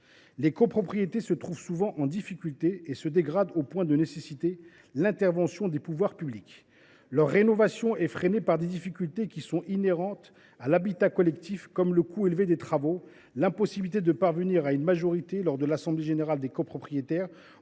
Les copropriétés se retrouvent souvent en difficulté et se dégradent au point de nécessiter l’intervention des pouvoirs publics. Leur rénovation est freinée par des difficultés inhérentes à l’habitat collectif, comme le coût élevé des travaux, l’impossibilité d’obtenir le soutien d’une majorité des copropriétaires